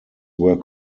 were